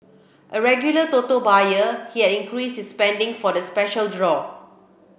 a regular Toto buyer he had increased his spending for the special draw